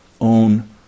own